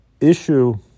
issue